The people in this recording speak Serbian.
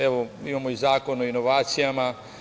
Evo, imamo i Zakon o inovacijama.